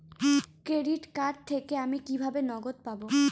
Credit card থেকে আমি কিভাবে নগদ পাব?